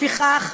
לפיכך,